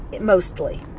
mostly